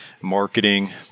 marketing